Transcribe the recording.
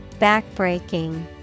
Backbreaking